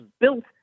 built